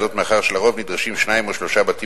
זאת מאחר שלרוב נדרשים שניים או שלושה בתים